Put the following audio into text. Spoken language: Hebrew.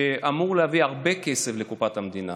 שאמור להביא הרבה כסף לקופת המדינה.